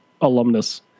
alumnus